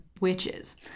witches